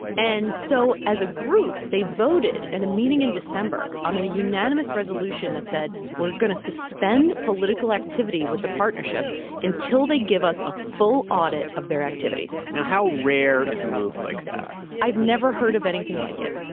and so, as a group, they voted in and a meeting in december on a unanimous resolution that said, we're going to suspend political activity with the partnership until they give us a full audit of their activities now, how rare is a move like that? i've never heard of anything like it.